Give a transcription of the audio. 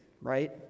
right